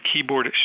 keyboard